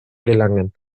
gelangen